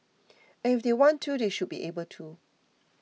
and if want to they should be able to